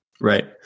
Right